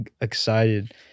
excited